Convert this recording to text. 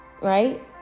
right